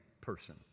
person